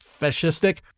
fascistic